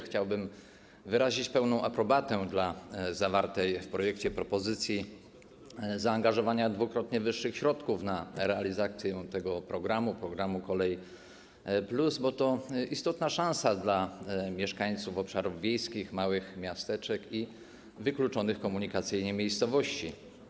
Chciałbym wyrazić pełną aprobatę dla zawartej w projekcie propozycji zaangażowania dwukrotnie wyższych środków na realizację tego programu, programu ˝Kolej+˝, bo to istotna szansa dla mieszkańców obszarów wiejskich, małych miasteczek i wykluczonych komunikacyjnie miejscowości.